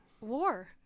war